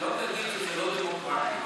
שלא תגיד שזה לא דמוקרטי,